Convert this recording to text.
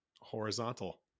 horizontal